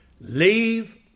Leave